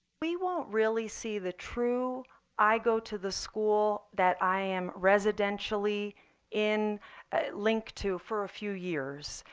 we won't really see the true i go to the school that i am residential early in linked to for a few years.